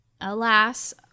Alas